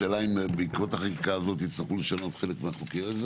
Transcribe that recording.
השאלה אם בעקבות החקיקה הזאת תצטרכו לשלם חלק לדעתם?